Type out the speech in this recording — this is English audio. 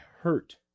hurt